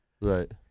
Right